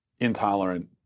intolerant